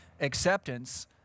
acceptance